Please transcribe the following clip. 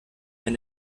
wenn